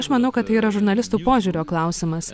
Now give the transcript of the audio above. aš manau kad tai yra žurnalistų požiūrio klausimas